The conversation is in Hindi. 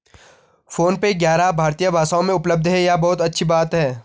फोन पे ग्यारह भारतीय भाषाओं में उपलब्ध है यह बहुत अच्छी बात है